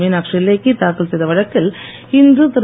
மீனாட்சி லேக்கி தாக்கல் செய்த வழக்கில் இன்று திரு